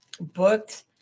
booked